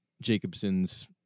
Jacobson's